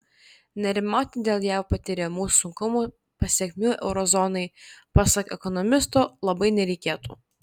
nerimauti dėl jav patiriamų sunkumų pasekmių euro zonai pasak ekonomisto labai nereikėtų